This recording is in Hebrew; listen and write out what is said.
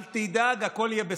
אל תדאג, הכול יהיה בסדר.